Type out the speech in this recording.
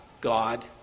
God